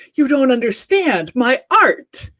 you don't understand my art!